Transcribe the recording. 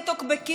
אדוני היושב-ראש.